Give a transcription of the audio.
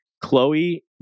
Chloe